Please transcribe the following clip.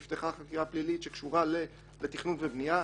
נפתחה חקירה פלילית שקשורה לתכנון ובנייה,